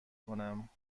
کنم